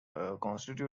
constitute